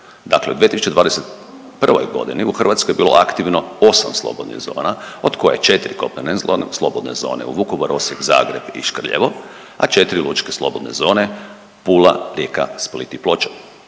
Dakle u 2021. g. u Hrvatskoj je bilo aktivno 8 slobodnih zona, od koje 4 kopnene .../Govornik se ne razumije./... slobodne zone u Vukovar, Osijek, Zagreb i Škrljevo, a 4 lučke slobodne zone, Pula, Rijeka, Split i Ploče.